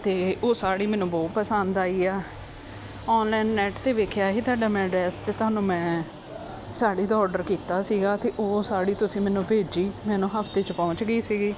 ਅਤੇ ਉਹ ਸਾੜੀ ਮੈਨੂੰ ਬਹੁਤ ਪਸੰਦ ਆਈ ਆ ਆਨਲਾਈਨ ਨੈਟ 'ਤੇ ਵੇਖਿਆ ਸੀ ਤੁਹਾਡਾ ਮੈਂ ਐਡਰਸ ਅਤੇ ਤੁਹਾਨੂੰ ਮੈਂ ਸਾੜੀ ਦਾ ਆਰਡਰ ਕੀਤਾ ਸੀਗਾ ਅਤੇ ਉਹ ਸਾੜੀ ਤੁਸੀਂ ਮੈਨੂੰ ਭੇਜੀ ਮੈਨੂੰ ਹਫ਼ਤੇ 'ਚ ਪਹੁੰਚ ਗਈ ਸੀਗੀ